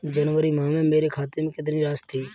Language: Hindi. जनवरी माह में मेरे खाते में कितनी राशि थी?